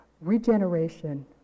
regeneration